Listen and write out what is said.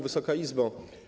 Wysoka Izbo!